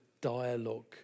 dialogue